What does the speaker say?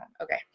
Okay